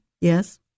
Yes